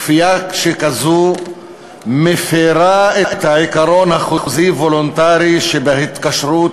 כפייה שכזו מפרה את העיקרון החוזי-וולונטרי שבהתקשרות